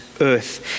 earth